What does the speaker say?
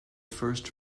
first